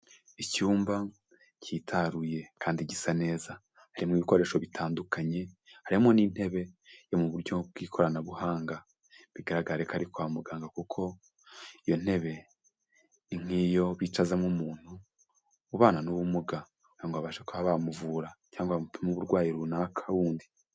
Icyumba cyitaruye kandi gisa neza harimo bikoresho bitandukanye, harimo n'intebe yo mu buryo bw'ikoranabuhanga, bigaraga ko ari kwa muganga kuko iyo ntebe ni nk'iyo bicazamo umuntu ubana n'ubumuga cyangwa babasha kuba bamuvura cyangwa bamupima uburwayi runaka bundi.